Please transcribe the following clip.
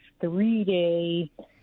three-day